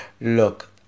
Look